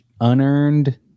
unearned